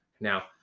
now